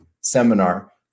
seminar